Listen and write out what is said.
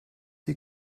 die